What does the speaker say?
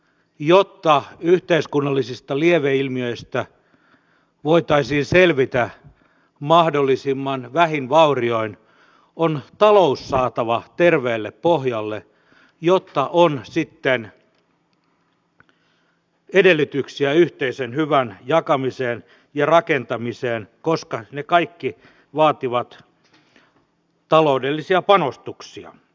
jotta yhteiskunnallisista lieveilmiöistä voitaisiin selvitä mahdollisimman vähin vaurioin on talous saatava terveelle pohjalle jotta on sitten edellytyksiä yhteisen hyvän jakamiseen ja rakentamiseen koska ne kaikki vaativat taloudellisia panostuksia